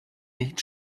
nicht